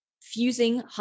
fusing